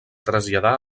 traslladar